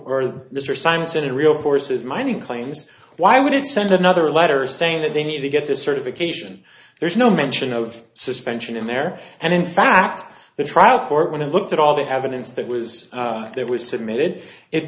for mr science and real forces mining claims why would it send another letter saying that they need to get this certification there's no mention of suspension in there and in fact the trial court when it looked at all the evidence that was there was submitted it